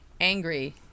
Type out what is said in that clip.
angry